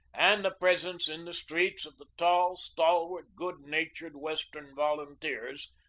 and the presence in the streets of the tall, stalwart, good-natured western volunteers,